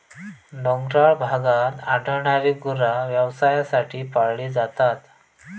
डोंगराळ भागात आढळणारी गुरा व्यवसायासाठी पाळली जातात